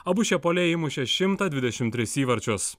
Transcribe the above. abu šie puolėjai įmušė šimtą dvidešim tris įvarčius